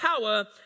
power